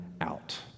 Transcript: out